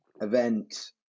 event